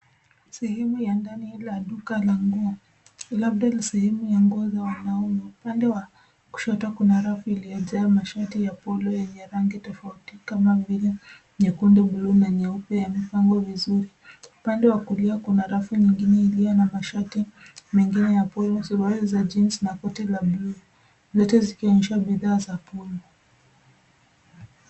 Sehemu ya ndani la duka la nguo. Labda ni sehemu ya nguo za wanaume. Upande wa kushoto kuna rafu iliyojaa mashati ya polo yenye rangi tofauti kama vile nyekundu, bluu, na nyeupe yamepangwa vizuri. Upande wa kulia kuna rafu nyingine iliyo na mashati mengine ya polo, suruali za jeans na koti la bluu. Zote zikionyesha bidhaa za polo.